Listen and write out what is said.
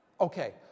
Okay